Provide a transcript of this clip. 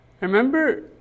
Remember